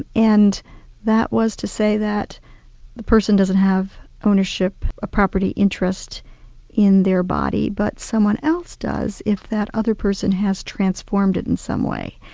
and that was to say that the person doesn't have ownership or ah property interest in their body, but someone else does if that other person has transformed it in some way.